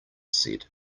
said